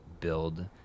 build